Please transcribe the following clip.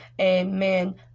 amen